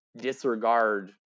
disregard